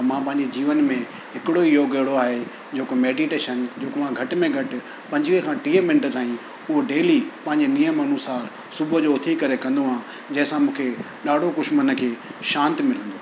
मां पंहिंजे जीवन में हिकिड़ो योग अहिड़ो आहे जेको मैडिटेशन जेको मां घटि में घटि पंजुवीह खां टीह मिंट ताईं उहो डेली पंहिंजे नियम अनुसार सुबुह जो उथी करे कंदो आहियां जंहिंसां मूंखे ॾाढो कुझु मन खे शांती मिलंदी आहे